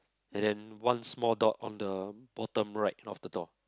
and then one small dot on the bottom right of the door